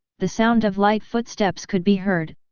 the sound of light footsteps could be heard,